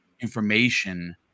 information